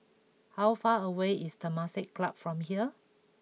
how far away is Temasek Club from here